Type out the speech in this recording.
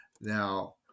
Now